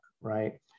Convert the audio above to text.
right